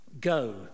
Go